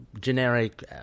generic